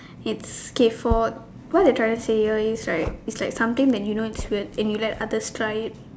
it's K for what they're trying to say is right is like something that you know is weird but you let others try it